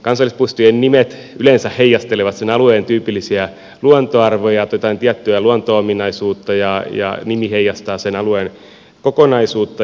kansallispuistojen nimet yleensä heijastelevat sen alueen tyypillisiä luontoarvoja jotain tiettyä luonto ominaisuutta ja nimi heijastaa sen alueen kokonaisuutta